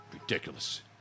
Ridiculous